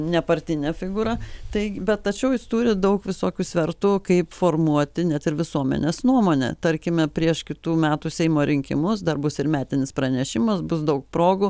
nepartinė figūra tai bet tačiau jis turi daug visokių svertų kaip formuoti net ir visuomenės nuomonę tarkime prieš kitų metų seimo rinkimus dar bus ir metinis pranešimas bus daug progų